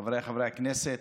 חבריי חברי הכנסת,